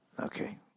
Okay